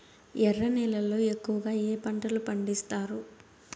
ఎర్ర నేలల్లో ఎక్కువగా ఏ పంటలు పండిస్తారు